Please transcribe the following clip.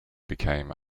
became